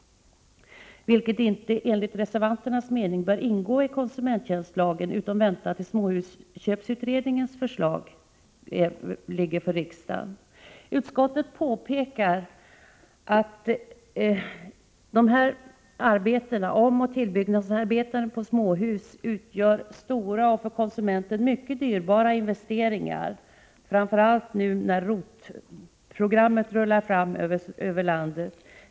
Enligt reservanternas mening bör detta inte ingå i konsumenttjänstlagen, utan vänta till dess att småhusköpsutredningens förslag är före i riksdagen. Utskottet påpekar att dessa arbeten — omoch tillbyggnadsarbeten — på småhus utgör stora och för konsumenten mycket dyrbara investeringar, i synnerhet nu när ROT programmet rullar fram över landet.